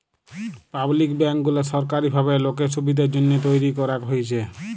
public bank গুলা সরকারি ভাবে লোকের সুবিধের জন্যহে তৈরী করাক হয়েছে